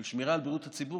של שמירה על בריאות הציבור,